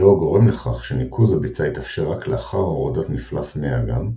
זהו הגורם לכך שניקוז הביצה התאפשר רק לאחר הורדת מפלס מי האגם,